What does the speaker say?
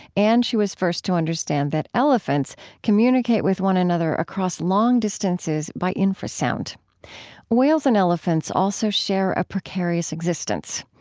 and she was first to understand that elephants communicate with one another across long distances by infrasound whales and elephants also share a precarious existence.